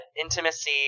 intimacy